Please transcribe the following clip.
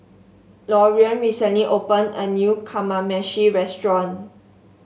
Lorean recently opened a new Kamameshi Restaurant